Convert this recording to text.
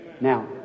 Now